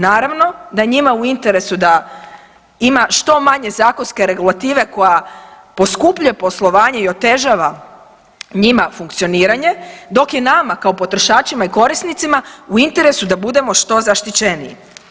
Naravno da je njima u interesu da ima što manje zakonske regulative koja poskupljuje poslovanje i otežava njima funkcioniranje, dok je nama kao potrošačima i korisnicima u interesu da budemo što zaštićeniji.